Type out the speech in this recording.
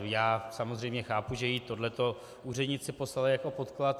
Já samozřejmě chápu, že jí tohle to úředníci poslali jako podklad.